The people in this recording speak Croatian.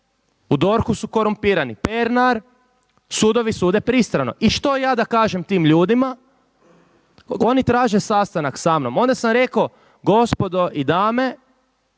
u DORH-u su korumpirani, Pernar sudovi sude pristrano. I što ja da kažem tim ljudima? Oni traže sastanak sa mnom. Onda sam rekao, gospodo i dame,